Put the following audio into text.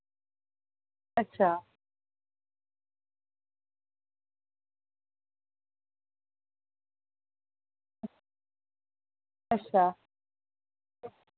अच्छा अच्छा